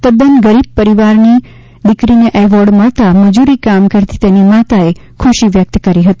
તદ્દન ગરીબ પરિવારની દીકરીને એવોર્ડ મળતા મજૂરી કામ કરતી તેની માતાએ ખૂશી વ્યક્ત કરી હતી